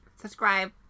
Subscribe